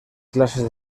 clases